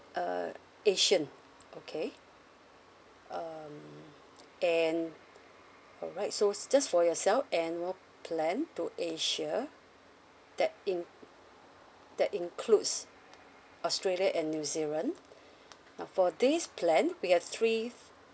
uh asian okay um and alright so just for yourself annual plan to asia that in~ that includes australia and new zealand now for this plan we have three